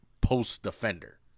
post-defender